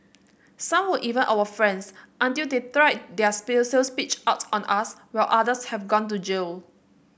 some were even our friends until they tried their sales pitch out on us while others have gone to jail